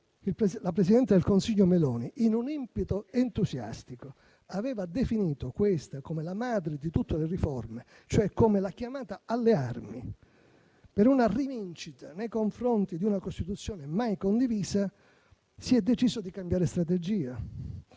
la presidente del Consiglio Meloni, in un empito entusiastico, aveva definito questa come la madre di tutte le riforme, cioè come la chiamata alle armi per una rivincita nei confronti di una Costituzione mai condivisa, si è deciso di cambiare strategia,